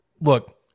look